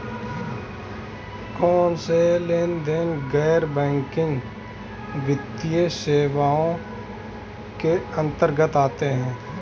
कौनसे लेनदेन गैर बैंकिंग वित्तीय सेवाओं के अंतर्गत आते हैं?